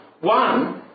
One